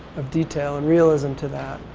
of detail and realism to that.